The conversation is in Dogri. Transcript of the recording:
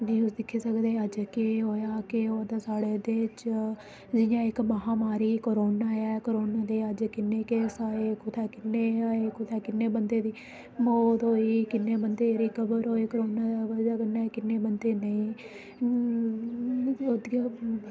न्यूज़ दिक्खी सकदे अज्ज केह् होएआ केह् होए दा साढ़े देश च जियां इक महामारी करोना ऐ करोना दे अज्ज किन्ने केस आए कुत्थै किन्ने आए कुत्थै किन्ने बंदे दी मौत होई किन्ने बंदे रिकवर होए करोना दी बजह किन्ने किन्ने बंदे न